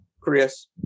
Chris